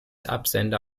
absender